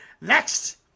Next